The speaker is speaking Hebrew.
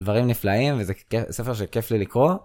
דברים נפלאים, וזה ספר שכיף לי לקרוא.